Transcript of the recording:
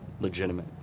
legitimate